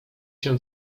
się